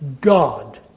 God